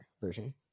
version